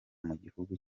mugihugu